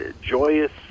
joyous